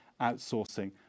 outsourcing